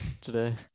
today